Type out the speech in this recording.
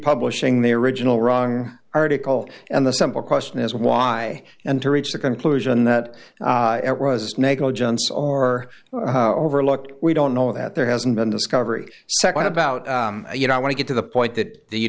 public showing the original wrong article and the simple question is why and to reach the conclusion that it was negligence or overlooked we don't know that there hasn't been discovery nd about you know i want to get to the point that